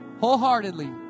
wholeheartedly